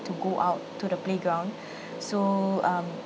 to go out to the playground so um